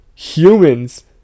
humans